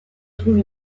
trouve